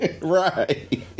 Right